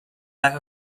lack